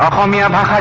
on the um ah